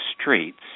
streets